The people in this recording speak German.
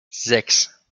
sechs